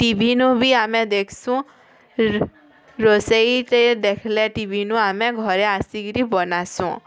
ଟିଭିନୁ ବି ଆମେ ଦେଖ୍ସୁଁ ରୋଷେଇଟେ ଦେଖିଲେ ଟିଭିନୁ ଆମେ ଘରେ ଆସିକିରି ବନାସୁଁ